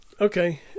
Okay